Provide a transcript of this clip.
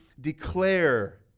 declare